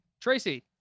tracy